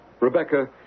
Rebecca